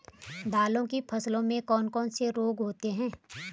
दालों की फसल में कौन कौन से रोग होते हैं?